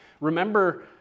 Remember